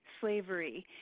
slavery